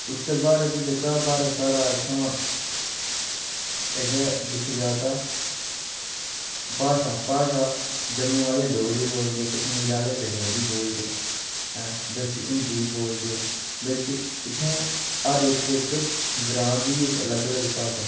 उत्तर भारत जेह्का साढ़ा इत्थुआं एह्दे ई दिक्खेआ जा तां भाशा भाशा जम्मू आह्ले डोगरी बोलदे ते कश्मीर आह्ले कश्मीरी बोलदे ते ऐं बिच हिंदी बोलदे बिच इत्थें हर इक्क इक्क ग्रांऽ दी बी इक्क अलग अलग भाशा